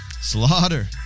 Slaughter